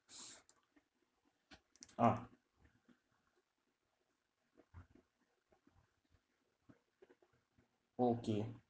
ah okay